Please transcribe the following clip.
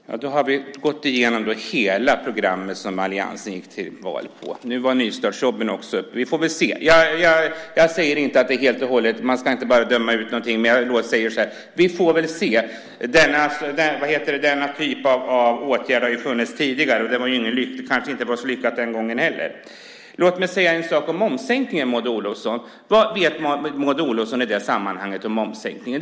Herr talman! Då har vi gått igenom hela det program som alliansen gick till val på. Nu var det nystartsjobben också. Jag säger inte att man bara ska döma ut någonting, men jag säger så här: Vi får väl se. Denna typ av åtgärder har funnits tidigare, och det var inte så lyckat den gången heller. Låt mig säga en sak om momssänkningen, Maud Olofsson. Vad vet Maud Olofsson om momssänkningen i det sammanhanget?